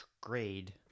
grade